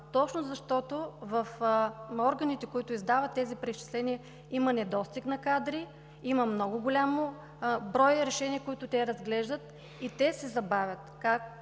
точно защото при органите, които издават тези преизчисления, има недостиг на кадри, има много голям брой решения, които разглеждат, и те се забавят. Пак